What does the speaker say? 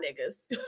niggas